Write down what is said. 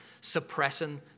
suppressing